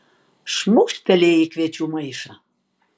šmūkšt pelė į kviečių maišą